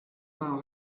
pas